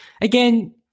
again